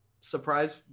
surprise